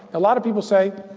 a lot of people say,